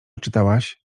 czytałaś